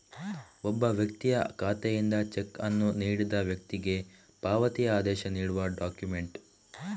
ಒಬ್ಬ ವ್ಯಕ್ತಿಯ ಖಾತೆಯಿಂದ ಚೆಕ್ ಅನ್ನು ನೀಡಿದ ವ್ಯಕ್ತಿಗೆ ಪಾವತಿ ಆದೇಶ ನೀಡುವ ಡಾಕ್ಯುಮೆಂಟ್